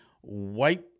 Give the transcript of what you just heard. white